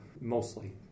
mostly